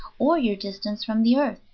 or your distance from the earth.